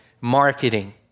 marketing